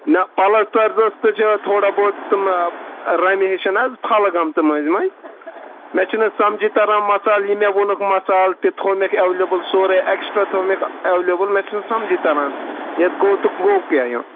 نہ پَلَسترزس تہٕ چھِ اتھ تھوڑا بہت تم رَنہٕ ہش چھِنہٕ حظ پھلہٕ گٔمژٕ مٔنزۍ مٔنزۍ مےٚ چھُنہٕ سمجی تران مسالہٕ یہِ مےٚ ووٚنُکھ مسالہٕ تہِ تھاے مکھ ایویلیبٕل سورُے ایکٕسٹرا تھاے مکھ ایویلیبل مےٚ چھُنہٕ سمجی تران یتھ گوٚو تہٕ گوٚو کیاہ یہِ